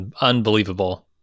unbelievable